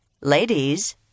Ladies